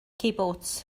cibwts